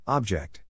Object